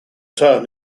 term